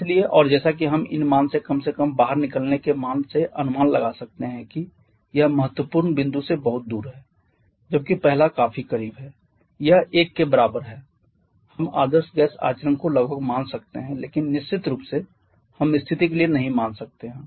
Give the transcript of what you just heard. इसलिए और जैसा कि हम इन मान से कम से कम बाहर निकलने के मान से अनुमान लगा सकते हैं कि यह महत्वपूर्ण बिंदु से बहुत दूर है जबकि पहला काफी करीब है यह 1 के बराबर है हम आदर्श गैस आचरण को लगभग मान सकते हैं लेकिन निश्चित रूप से हम स्थिति के लिए नहीं मान सकते हैं